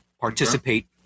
participate